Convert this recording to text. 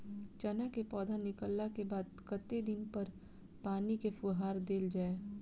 चना केँ पौधा निकलला केँ बाद कत्ते दिन पर पानि केँ फुहार देल जाएँ?